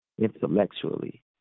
Intellectually